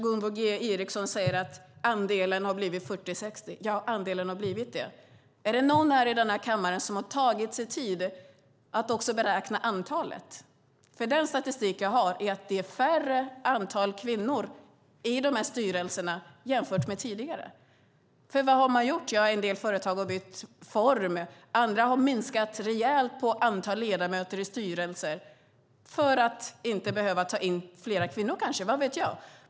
Gunvor G Ericson säger att andelen har blivit 40-60. Ja, andelen har blivit det. Är det någon i denna kammare som har tagit sig tid att också beräkna antalet? Den statistik jag har visar att det är färre kvinnor i de här styrelserna jämfört med tidigare. Vad har man gjort? En del företag har bytt form. Andra har minskat rejält på antalet ledamöter i styrelser - för att inte behöva ta in fler kvinnor kanske, vad vet jag.